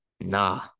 nah